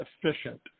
efficient